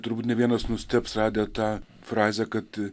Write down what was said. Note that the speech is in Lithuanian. turbūt ne vienas nustebs radę tą frazę kad